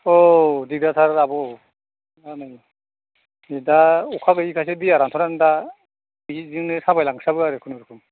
औ दिग्दारथार आब' लामानि दिग्दार अखा गैयैखायसो दैया रानथाबनानै दा जिं जिंनो थाबाय लांस्लाबो आरो खुनुरुखुम